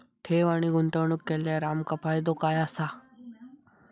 ठेव आणि गुंतवणूक केल्यार आमका फायदो काय आसा?